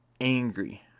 angry